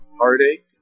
heartache